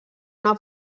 una